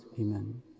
Amen